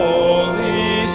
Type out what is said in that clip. Holy